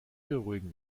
beruhigen